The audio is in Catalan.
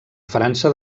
frança